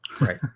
Right